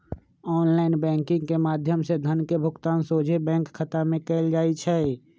online banking के माध्यम से धन के भुगतान सोझे बैंक खता में कएल जाइ छइ